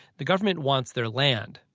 the government wants their land.